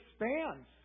expands